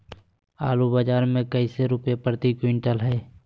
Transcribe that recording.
आलू बाजार मे कैसे रुपए प्रति क्विंटल है?